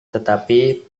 tetapi